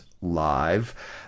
live